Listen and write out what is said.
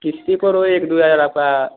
किश्त पर एक दो हज़ार आपका